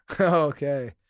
okay